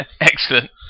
Excellent